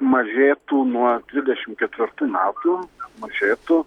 mažėtų nuo dvidešim ketvirtų metų mažėtų